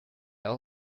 all